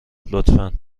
لطفا